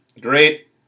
great